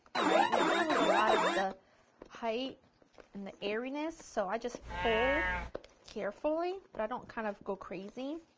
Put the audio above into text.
right? you don't want to lose a lot of the height and the airy-ness so i just fold carefully, but i don't kind of go crazy.